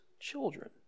Children